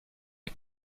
est